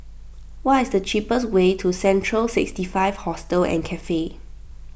what is the cheapest way to Central sixty five Hostel and Cafe